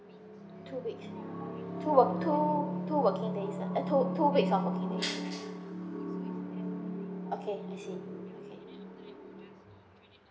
two weeks two work two two working days ah eh two two weeks of working days okay I see